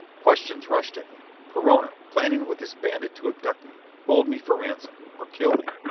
questions rushed at me. perona, planning with this bandit to abduct me. hold me for ransom. or kill me!